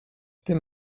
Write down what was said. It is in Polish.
tym